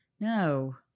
no